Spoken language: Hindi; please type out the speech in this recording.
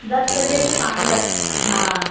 दस बजे से पाँच बजे तक हाँ